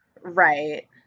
right